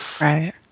Right